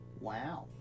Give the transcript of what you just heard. Wow